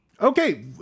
Okay